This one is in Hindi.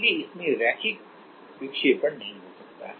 इसलिए इसमें रैखिक विक्षेपण नहीं हो सकता है